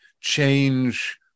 change